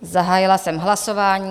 Zahájila jsem hlasování.